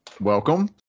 welcome